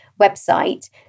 website